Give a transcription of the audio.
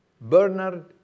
Bernard